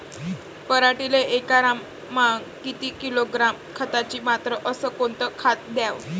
पराटीले एकरामागं किती किलोग्रॅम खताची मात्रा अस कोतं खात द्याव?